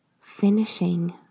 finishing